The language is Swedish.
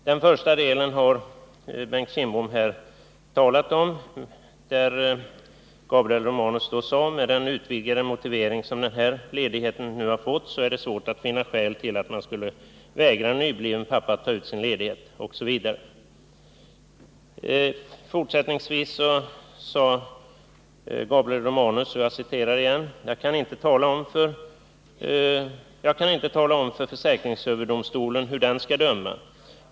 Den första delen har Bengt Kindbom här talat om, där Gabriel Romanus svarade: ”Med den utvidgade motivering som den här ledigheten nu har fått är det svårt att finna några skäl till att man skulle vägra en nybliven pappa att taut sin ledighet” osv. Fortsättningsvis sade Gabriel Romanus: ”Jag kan inte tala om för försäkringsöverdomstolen hur den skall döma.